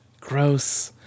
gross